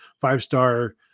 five-star